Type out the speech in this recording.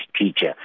teacher